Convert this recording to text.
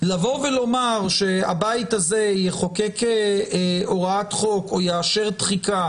לומר שהבית הזה יחוקק הוראת חוק או יאשר תחיקה